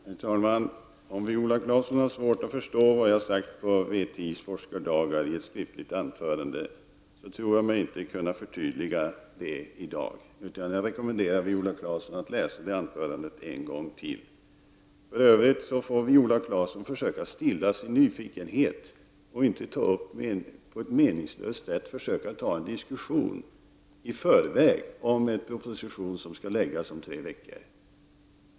Herr talman! Om Viola Claesson har svårt att förstå vad jag sade på VTI:s forskardagar — det var ett skrivet anförande — tror jag mig inte kunna förtydliga detta i dag. Jag rekommenderar Viola Claesson att läsa anförandet en gång till. För övrigt får Viola Claesson försöka stilla sin nyfikenhet. Det är meningslöst att ta upp en diskussion här i förväg om en proposition som skall läggas fram om tre veckor.